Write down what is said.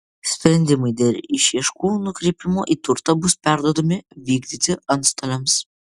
sprendimai dėl išieškų nukreipimo į turtą bus perduodami vykdyti antstoliams